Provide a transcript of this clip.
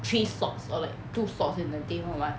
three slots or like two slots in a day [one] [what]